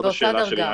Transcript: זו השאלה שלי.